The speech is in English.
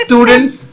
Students